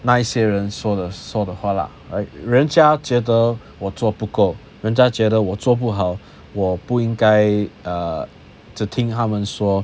那一些人说的说的话 lah 人家觉得我做不够人家觉得我做不好我不应该 err 只听他们说